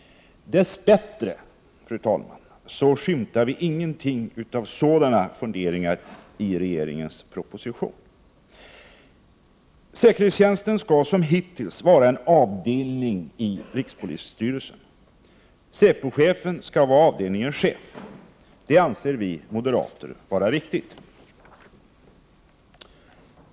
Dess bättre, fru talman, skymtar vi ingenting av sådana funderingar i regeringens proposition. Säkerhetstjänsten skall som hittills vara en avdelning i rikspolisstyrelsen. Säpochefen skall vara avdelningens chef. Det anser vi moderater vara riktigt.